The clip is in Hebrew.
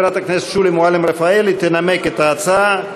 חברת הכנסת שולי מועלם-רפאלי תנמק את ההצעה.